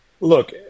Look